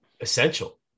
essential